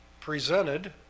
presented